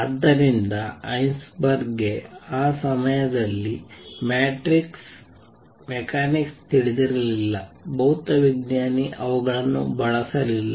ಆದ್ದರಿಂದ ಹೈಸೆನ್ಬರ್ಗ್ ಗೆ ಆ ಸಮಯದಲ್ಲಿ ಮ್ಯಾಟ್ರಿಕ್ಸ್ ಮೆಕ್ಯಾನಿಕ್ಸ್ ತಿಳಿದಿರಲಿಲ್ಲ ಭೌತವಿಜ್ಞಾನಿ ಅವುಗಳನ್ನು ಬಳಸಲಿಲ್ಲ